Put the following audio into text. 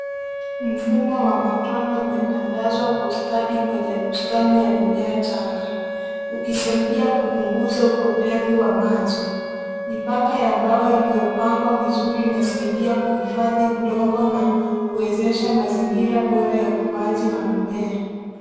Mfumo wa matone umetandazwa kwa ustadi kwenye bustani ya mimea changa. Ukisaidia kupunguza upotevu wa maji. Mipaka ya mbao iliyopangwa vizuri inasaidia kuhifadhi udongo na kuwezesha mazingira bora ya ukuaji wa mimea.